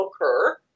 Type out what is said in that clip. occur